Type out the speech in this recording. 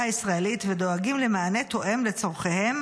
הישראלית ודואגים למענה תואם לצורכיהם